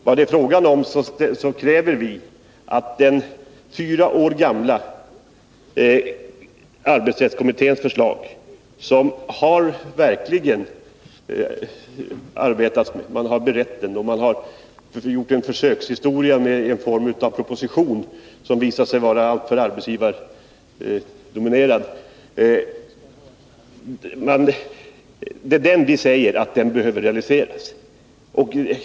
Vad det är fråga om är att vi krävt att den fyra år gamla arbetsrättskommitténs förslag, som verkligen på olika sätt har behandlats — det har bl.a. på försök utarbetats en proposition, som visat sig vara alltför arbetsgivardominerad — börjar realiseras.